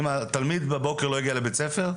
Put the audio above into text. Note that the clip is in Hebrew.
אם התלמיד בבוקר לא הגיע לבית הספר,